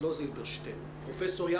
נמצאת?